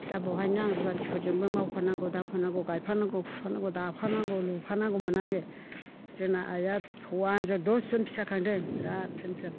दा बहायनो आं रुवाथिफोरजोंबो मावफानांगौ दांफानांगौ गायफानांगौ फुफानांगौ दाफानांगौ लुफानांगौमोन आङो जोंना आइआ हौवा हिनजाव दस जन फिसा खांदों बेराद फेन फेन